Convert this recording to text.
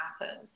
happen